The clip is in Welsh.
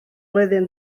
flwyddyn